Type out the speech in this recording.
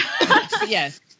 Yes